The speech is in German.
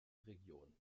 region